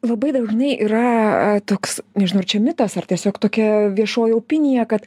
labai dažnai yra toks nežinau ar čia mitas ar tiesiog tokia viešoji opinija kad